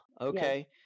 okay